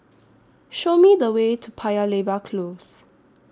Show Me The Way to Paya Lebar Close